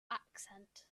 accent